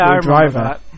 driver